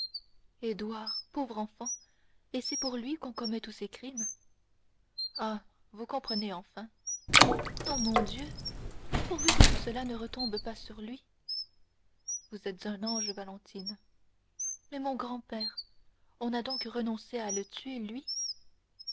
édouard pauvre enfant et c'est pour lui qu'on commet tous ces crimes ah vous comprenez enfin ah mon dieu pourvu que tout cela ne retombe pas sur lui vous êtes un ange valentine mais mon grand-père on a donc renoncé à le tuer lui